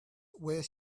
where